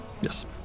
Yes